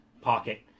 pocket